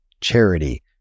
charity